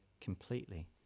completely